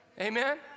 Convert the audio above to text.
Amen